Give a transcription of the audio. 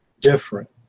different